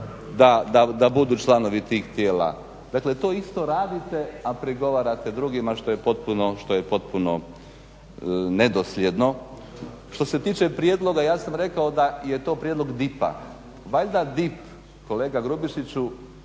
da budu članovi tih tijela. Dakle to isto radite, a prigovarate drugima što je potpuno nedosljedno. Što se tiče prijedloga, ja sam rekao da je to prijedlog DIP-a. Valjda DIP kolega Grubišiću